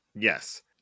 Yes